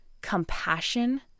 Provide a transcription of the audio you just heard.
compassion